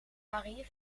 marie